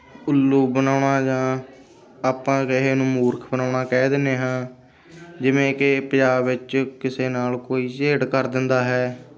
ਉੱਲੂ ਬਣਾਉਣਾ ਜਾਂ ਆਪਾਂ ਕਿਸੇ ਨੂੰ ਮੂਰਖ ਬਣਾਉਣਾ ਕਹਿ ਦਿੰਦੇ ਹਾਂ ਜਿਵੇਂ ਕਿ ਪੰਜਾਬ ਵਿੱਚ ਕਿਸੇ ਨਾਲ ਕੋਈ ਝੇੜ ਕਰ ਦਿੰਦਾ ਹੈ